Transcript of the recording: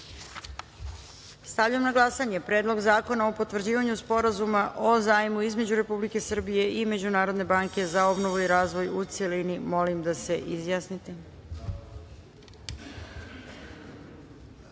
zakona. Stavljam na glasanje Predlog zakona o potvrđivanju Sporazuma o zajmu između Republike Srbije i Međunarodne banke za obnovu i razvoj, u celini. Molim da se